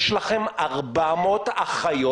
יש לכם 400 אחיות